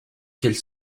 quelle